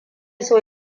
so